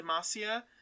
Demacia